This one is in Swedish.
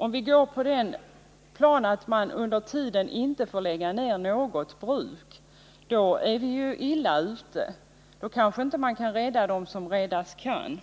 Om vi går på linjen att man innan översynen är gjord inte får lägga ned något bruk, då är vi ju illa ute. Då kanske vi inte kan rädda de bruk som räddas kan.